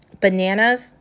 bananas